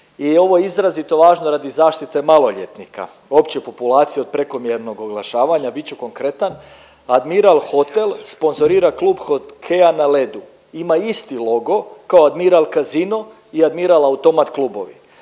I ovo je izrazito važno radi zaštite maloljetnika, opće populacije od prekomjernog oglašavanja. Bit ću konkretan. Admiral hotel sponzorira klub hokeja na ledu. Ima isti logo kao admiral casino i admiral automat klubovi